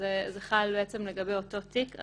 וזה חל בעצם לגבי אותו תיק.